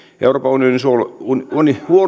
euroopan unionin suojelualueilla on käytössä